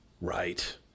Right